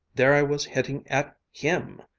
there i was hitting at him!